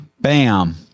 bam